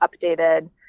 updated